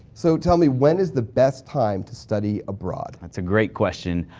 so tell me when is the best time to study abroad? that's a great question.